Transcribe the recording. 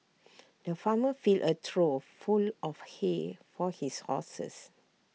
the farmer filled A trough full of hay for his horses